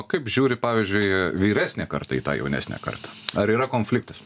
o kaip žiūri pavyzdžiui vyresnė karta į tą jaunesnę kartą ar yra konfliktas